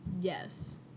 Yes